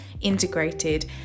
integrated